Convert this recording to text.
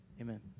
amen